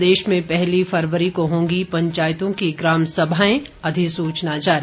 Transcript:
प्रदेश में पहली फरवरी को होगी पंचायतों की ग्राम सभाएं अधिसूचना जारी